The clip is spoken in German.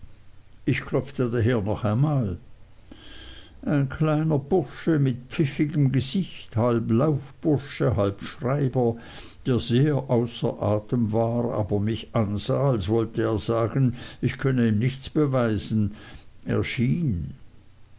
ich klopfte daher noch einmal ein kleiner bursche mit pfiffigem gesicht halb laufbursche halb schreiber der sehr außer atem war aber mich ansah als wollte er sagen ich könne ihm nichts beweisen erschien